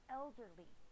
elderly